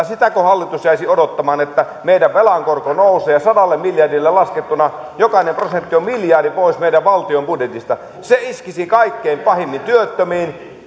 sitäkö hallitus jäisi odottamaan että meidän velan korkomme nousee sadalle miljardille laskettuna jokainen prosentti on miljardi pois valtion budjetista se iskisi kaikkein pahimmin työttömiin